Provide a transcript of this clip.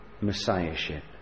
messiahship